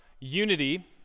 unity